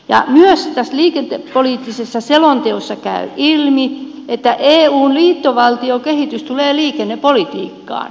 myös tässä liikennepoliittisessa selonteossa käy ilmi että eun liittovaltiokehitys tulee liikennepolitiikkaan